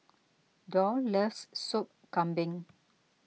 Doll loves Sop Kambing